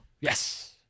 Yes